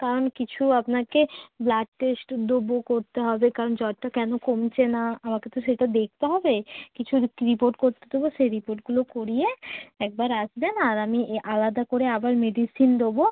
কারণ কিছু আপনাকে ব্লাড টেস্ট দেব করতে হবে কারণ জ্বরটা কেন কমছেনা আমাকে তো সেটা দেখতে হবে কিছু কি রিপোর্ট করতে দেব সেই রিপোর্টগুলো করিয়ে একবার আসবেন আর আমিই আলাদা করে আবার মেডিসিন দেব